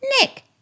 Nick